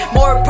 More